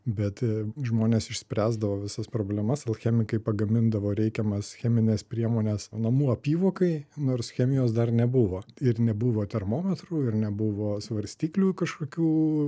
bet žmonės išspręsdavo visas problemas alchemikai pagamindavo reikiamas chemines priemones namų apyvokai nors chemijos dar nebuvo ir nebuvo termometrų ir nebuvo svarstyklių kažkokių